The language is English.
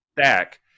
stack